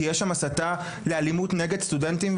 כי יש בו הסתה לאלימות נגד סטודנטים,